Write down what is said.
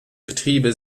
betriebe